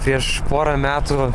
prieš porą metų